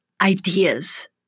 ideas